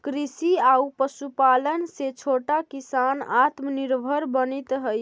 कृषि आउ पशुपालन से छोटा किसान आत्मनिर्भर बनित हइ